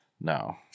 no